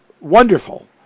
wonderful